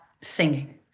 singing